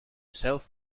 self